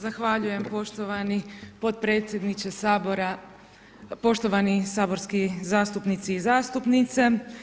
Zahvaljujem poštovani potpredsjedniče Sabora, poštovani saborski zastupnice i zastupnici.